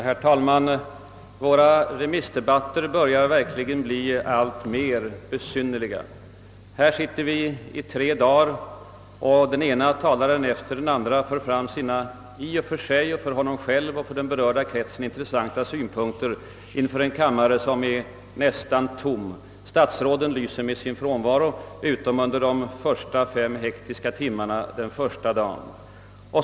Herr talman! Våra remissdebatter börjar verkligen bli alltmer besynnerliga. Här sitter vi i tre dagar, och den ena talaren efter den andra för fram sina, för honom själv och för den berörda kretsen, intressanta synpunkter inför en kammare som är nästan tom. Statsråden lyser med sin frånvaro utom under de första fem hektiska timmarna den första dagen.